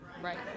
Right